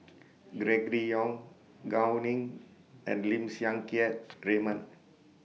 Gregory Yong Gao Ning and Lim Siang Keat Raymond